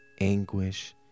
anguish